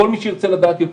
כל מי שירצה לדעת יותר,